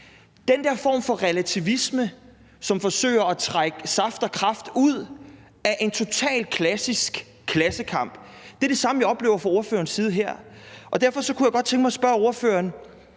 Den der form for relativisme, som forsøger at trække saft og kraft ud af en totalt klassisk klassekamp, er det samme som det, vi oplever fra ordførerens side her. Derfor kunne jeg godt tænke mig spørge ordføreren: